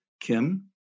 Kim